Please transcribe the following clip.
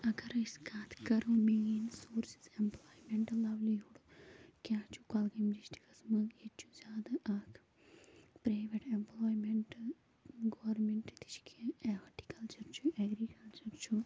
اَگرٔے أسۍ کَتھ کَرو مین سورسِز ایٚمپٕلایمیٚںٛٹ لایولیٖہوڈ کیٛاہ چھُ کۄلگٲمۍ ڈِسٹِرٛکَس منٛز ییٚتہِ چھُ زیادٕ اَکھ پرٛایویٹ ایٚمپٕلایمیٚنٛٹ گورمیٚنٛٹٕکۍ تہِ چھِ کیٚنٛہہ ٲں ہارٹِکَلچَر چھُ ایٚگرِکَلچَر چھُ